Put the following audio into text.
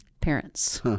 Parents